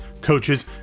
coaches